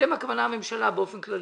אתם הכוונה לממשלה באופן כללי.